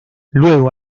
luego